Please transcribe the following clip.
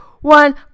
one